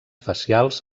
facials